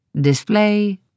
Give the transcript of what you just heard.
Display